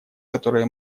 которые